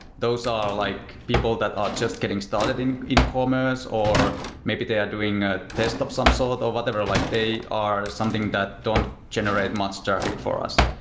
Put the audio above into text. those are like people that are just getting started in in commerce or maybe they are doing ah test of some sort or whatever. like they are something that don't generate much traffic for us.